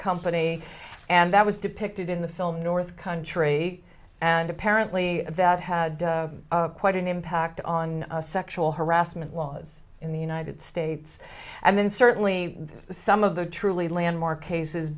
company and that was depicted in the film north country and apparently that had quite an impact on sexual harassment laws in the united states and then certainly some of the truly landmark cases